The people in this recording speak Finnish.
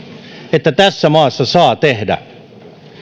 että tässä maassa saa tehdä